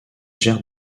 gère